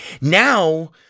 now